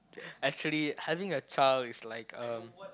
actually having a child is like a